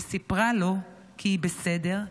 וסיפרה לו כי היא בסדר,